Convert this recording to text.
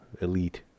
elite